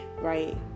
right